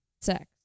sex